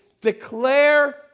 declare